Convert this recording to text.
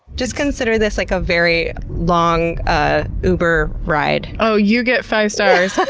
just consider this like a very long ah uber ride. oh, you get five stars!